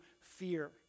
fear